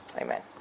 amen